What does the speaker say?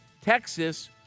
Texas